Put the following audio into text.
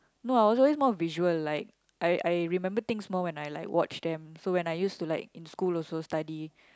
no I always more of visual like I I remember things more when I like watch then so when I used to like in school also study